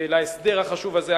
להסדר החשוב הזה.